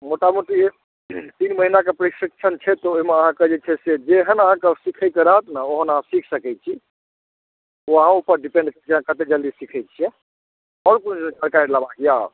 मोटा मोटी तीन महीनाके प्रशिक्षण छै तऽ ओहिमे अहाँकेँ जे छै से जेहन अहाँकेँ सीखैके रहत ने ओहन अहाँ सीख सकै छी ओ अहूँपर डिपेंड करैए अहाँ कतेक जल्दी सीखै छियै आओर कोनो एकर जानकारी लेबाक यए